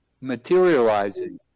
materializing